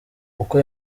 uko